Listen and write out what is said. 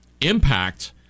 impact